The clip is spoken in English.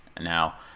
now